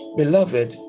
beloved